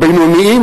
בינוניים,